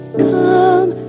come